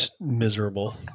miserable